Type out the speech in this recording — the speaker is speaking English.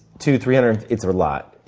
to three hundred it's a lot.